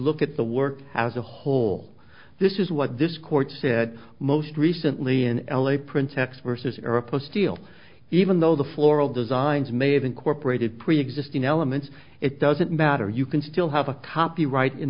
look at the work as a whole this is what this court said most recently in l a print text versus or a post deal even though the floral designs may have incorporated preexisting elements it doesn't matter you can still have a copyright in